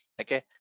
Okay